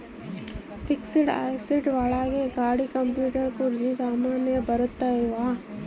fixed asset ಒಳಗ ಗಾಡಿ computer ಕುರ್ಚಿ ಸಾಮಾನು ಬರತಾವ